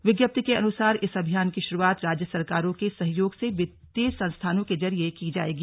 विज्ञप्ति के अनुसार इस अभियान की शुरूआत राज्य सरकारों के सहयोग से वित्तीय संस्थानों के जरिये की जाएगी